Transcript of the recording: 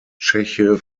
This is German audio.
tscheche